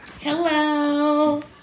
hello